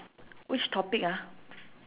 which topic ah